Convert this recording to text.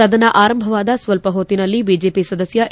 ಸದನ ಆರಂಭವಾದ ಸ್ವಲ್ಪ ಹೊತ್ತಿನಲ್ಲಿ ಬಿಜೆಪಿ ಸದಸ್ಯ ಎ